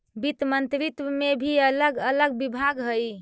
वित्त मंत्रित्व में भी अलग अलग विभाग हई